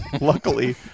Luckily